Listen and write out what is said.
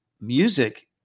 music